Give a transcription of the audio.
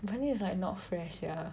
Deli is like not fresh sia